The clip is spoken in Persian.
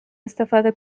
استفاده